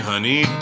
Honey